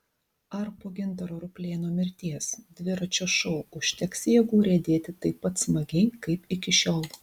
ar po gintaro ruplėno mirties dviračio šou užteks jėgų riedėti taip pat smagiai kaip iki šiol